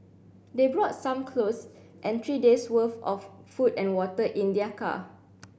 they brought some clothes and three days worth of food and water in their car